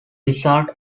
result